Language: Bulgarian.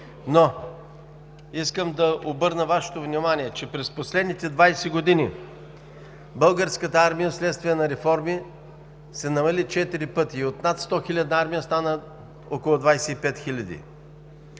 Но искам да обърна на Вашето внимание, че през последните 20 години Българската армия – вследствие на реформи, се намали четири пъти и от над 100-хилядна армия стана около 25